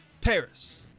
Paris